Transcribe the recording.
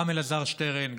גם אלעזר שטרן,